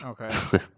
okay